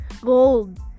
gold